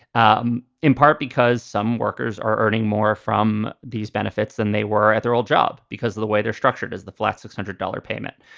um in part because some workers are earning more from these benefits than they were at their old job because of the way they're structured as the flat six hundred dollar payment.